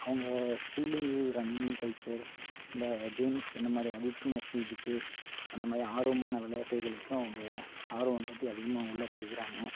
அவங்க ஸ்கில்லிங்கு rummy culture இந்த கேம்ஸ் இந்த மாதிரி அடிக்டிங்னெஸ் இதுக்கு அந்த மாதிரி ஆர்வமான விளையாட்டுகளுக்கு அவங்க ஆர்வம் காட்டி அதிகமாக உள்ள போய்க்கிறாங்க